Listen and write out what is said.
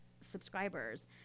subscribers